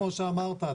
כמו שאמרת,